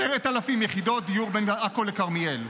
10,000 יחידות דיור בין עכו לכרמיאל.